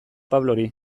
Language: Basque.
pablori